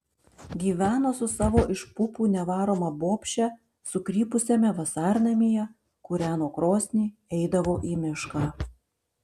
gyveno su savo iš pupų nevaroma bobše sukrypusiame vasarnamyje kūreno krosnį eidavo į mišką